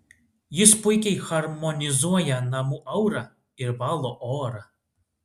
jis puikiai harmonizuoja namų aurą ir valo orą